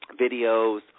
videos